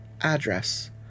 Address